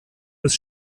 des